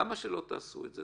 למה שלא תעשו את זה?